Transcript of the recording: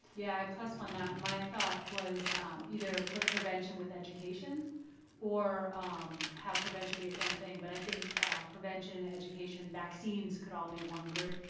yeah, i plus-one that. my thought was either put prevention with education or um have prevention be its own thing, but i think prevention and education vaccines could all be one group. i